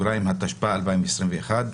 התשפ"א-2021,